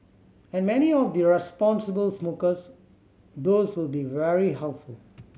and many of the responsible smokers those will be very helpful